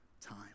time